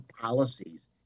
policies